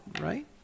right